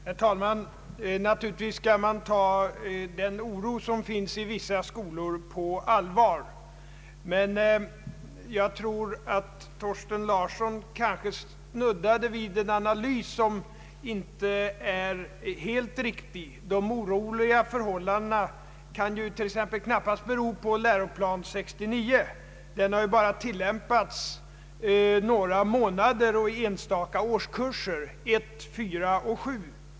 Herr talman! Naturligtvis skall man ta den oro som finns i vissa skolor på allvar. Men jag tror att herr Thorsten Larsson snuddade vid en analys som inte är helt riktig. De oroliga förhållandena kan ju t.ex. knappast bero på Läroplan 69; den har ju bara tilllämpats några månader och i enstaka årskurser, 1, 4 och 7.